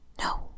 No